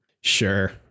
sure